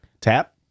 Tap